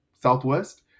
Southwest